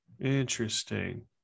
Interesting